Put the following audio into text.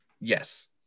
Yes